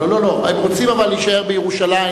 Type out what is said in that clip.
לא לא לא, אבל הם רוצים להישאר בירושלים